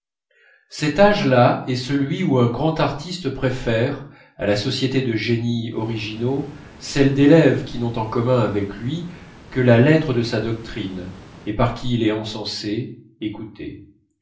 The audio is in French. cet âge-là est celui où un grand artiste préfère à la société de génies originaux celle d'élèves qui n'ont en commun avec lui que la lettre de sa doctrine et par qui il est encensé écouté